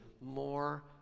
more